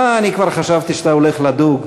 אה, אני כבר חשבתי שאתה הולך לדוג.